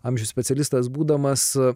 amžių specialistas būdamas